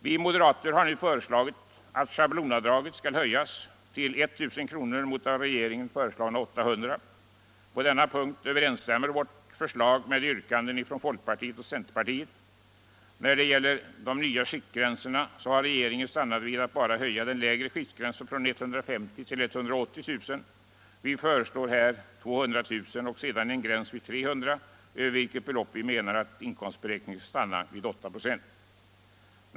Vi moderater har nu föreslagit att schablonavdraget skall höjas till 1000 kr. mot av regeringen föreslagna 800. På denna punkt överensstämmer vårt förslag med yrkanden från folkpartiet och centerpartiet. När det gäller de nya skiktgränserna har regeringen stannat vid att bara höja den lägre skiktgränsen från 150 000 till 180 000 kr. Vi föreslår här 200 000 och sedan en gräns vid 300 000, över vilket belopp vi menar att inkomstberäkningen skall stanna vid 8 96.